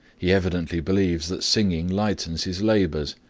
he evidently believes that singing lightens his labors,